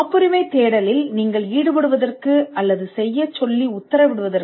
காப்புரிமைத் தேடலில் நீங்கள் ஈடுபடுவதற்கோ அல்லது ஆர்டர் செய்வதற்கோ முதல் காரணம் செலவுகளைச் சேமிப்பதாகும்